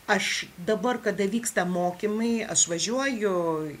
aš dabar kada vyksta mokymai aš važiuoju